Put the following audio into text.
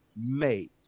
made